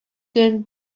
көн